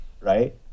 right